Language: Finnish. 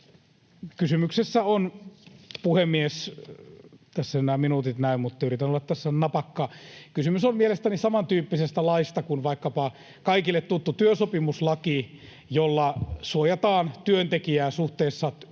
Kysymys on mielestäni samantyyppisestä laista kuin vaikkapa kaikille tuttu työsopimuslaki, jolla suojataan työntekijää suhteessa